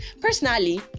personally